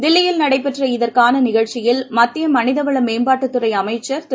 தில்லியில் நடைபெற்ற இதற்கான நிகழ்ச்சியில் மத்திய மனிதவள மேம்பாட்டுத் துறை அமைச்சர் திரு